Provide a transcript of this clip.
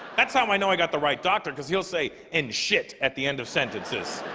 that time i know i got the right doctor cause he'll say and shit at the end of sentences